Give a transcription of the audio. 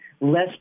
less